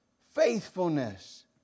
faithfulness